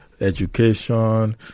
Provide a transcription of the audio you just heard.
education